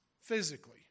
physically